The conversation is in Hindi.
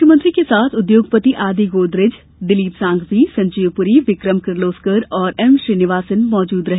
मुख्यमंत्री के साथ उद्योगपति आदि गोदरेज दिलीप सांघवी संजीव पुरी विक्रम किर्लोस्कर और एम श्रीनिवासन मौजूद रहे